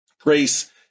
Grace